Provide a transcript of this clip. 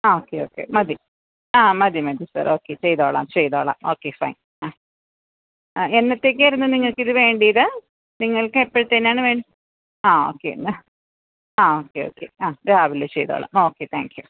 ആ okay okay മതി ആ മതി മതി സാര് ഓക്കെ ചെയ്തുകൊള്ളാം ചെയ്തുകൊള്ളാം ഓക്കെ ഫൈന് ആ ആ എന്നത്തേക്കായിരുന്നു നിങ്ങള്ക്കിത് വേണ്ടത് നിങ്ങള്ക്ക് എപ്പോഴത്തേക്കാണ് ആ ഓക്കെ ആ ഓക്കെ ഓക്കെ ആ രാവിലെ ചെയ്തുകൊള്ളാം ഓക്കെ താങ്ക് യൂ